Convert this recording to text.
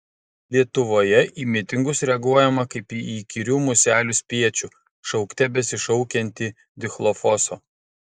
lietuvoje į mitingus reaguojama kaip į įkyrių muselių spiečių šaukte besišaukiantį dichlofoso